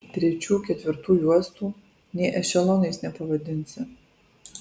trečių ketvirtų juostų nė ešelonais nepavadinsi